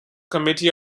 committee